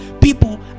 people